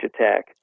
attack